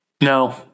No